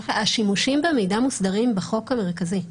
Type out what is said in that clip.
השימושים במידע מוסדרים בחוק המרכזי.